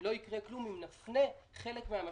לא יקרה כלום אם נפנה חלק מן המשאבים,